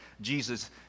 Jesus